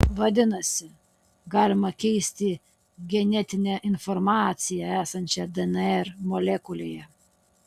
vadinasi galima keisti genetinę informaciją esančią dnr molekulėje